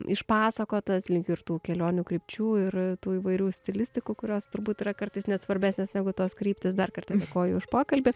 išpasakotas linkiu ir tų kelionių krypčių ir tų įvairių stilistikų kurios turbūt yra kartais net svarbesnės negu tos kryptys dar kartą dėkoju už pokalbį